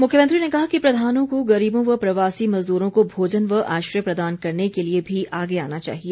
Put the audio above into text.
मुख्यमंत्री ने कहा कि प्रधानों को गरीबों व प्रवासी मजदूरों को भोजन व आश्रय प्रदान करने के लिए भी आगे आना चाहिए